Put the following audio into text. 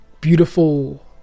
beautiful